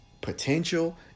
potential